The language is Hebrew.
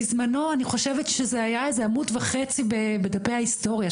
בזמנו אני חושבת שזה היה איזה עמוד וחצי בדפי ההיסטוריה,